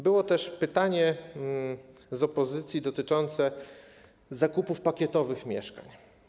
Było też pytanie opozycji dotyczące zakupów pakietowych mieszkań.